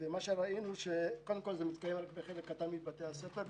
ראינו שזה מתקיים רק בחלק קטן מבתי הספר,